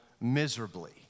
miserably